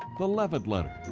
the levitt letter.